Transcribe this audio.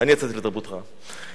לתרבות רעה.